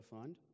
Fund